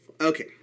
Okay